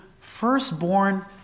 firstborn